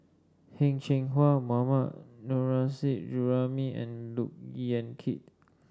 Heng Cheng Hwa Mohammad Nurrasyid Juraimi and Look Yan Kit